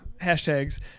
hashtags